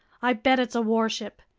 i bet it's a warship.